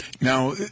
Now